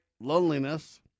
loneliness